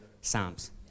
Psalms